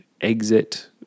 exit